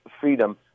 freedom